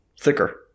thicker